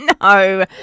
No